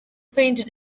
painted